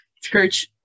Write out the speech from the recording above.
church